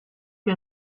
più